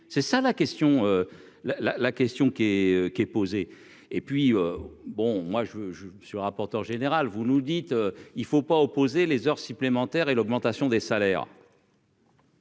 question qui est qui est posée, et puis bon, moi je, je suis rapporteur général, vous nous dites : il ne faut pas opposer les heures supplémentaires et l'augmentation des salaires.